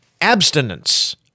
abstinence